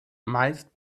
meist